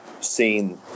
seen